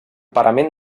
parament